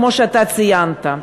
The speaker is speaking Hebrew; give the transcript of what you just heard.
כמו שאתה ציינת.